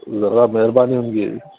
ذرا مہربانی ہوں گی